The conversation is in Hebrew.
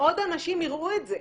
עוד אנשים יראו את זה.